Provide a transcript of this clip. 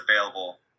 available